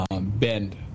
bend